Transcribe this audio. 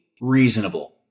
reasonable